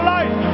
Life